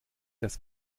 das